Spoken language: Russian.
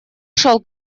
шел